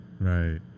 right